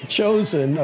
chosen